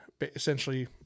essentially